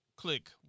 click